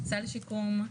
סל שיקום.